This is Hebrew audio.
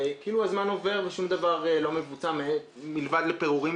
וכאילו הזמן עובר ושום דבר לא מבוצע מלבד הפירורים